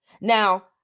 now